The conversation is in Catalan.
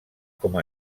com